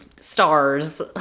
stars